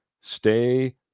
stay